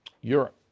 Europe